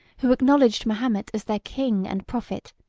who acknowledged mahomet as their king and prophet,